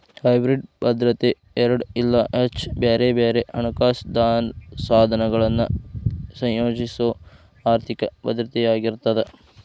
hybrid ಭದ್ರತೆ ಎರಡ ಇಲ್ಲಾ ಹೆಚ್ಚ ಬ್ಯಾರೆ ಬ್ಯಾರೆ ಹಣಕಾಸ ಸಾಧನಗಳನ್ನ ಸಂಯೋಜಿಸೊ ಆರ್ಥಿಕ ಭದ್ರತೆಯಾಗಿರ್ತದ